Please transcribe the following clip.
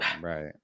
right